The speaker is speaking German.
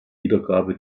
wiedergabe